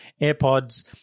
AirPods